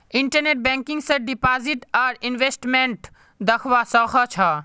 internet banking स deposit आर investment दख्वा स ख छ